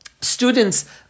students